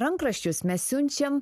rankraščius mes siunčiam